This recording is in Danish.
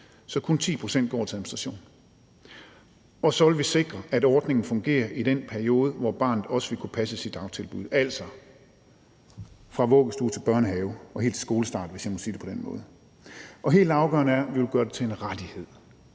så kun 10 pct. går til administration. Og så vil vi sikre, at ordningen fungerer i den periode, hvor barnet også vil kunne passes i dagtilbud, altså fra vuggestue til børnehave og helt til skolestart, hvis jeg må sige det på den måde. Og helt afgørende er, at vi vil gøre det til en rettighed.